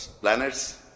planets